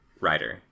writer